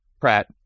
pratt